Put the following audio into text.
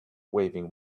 waving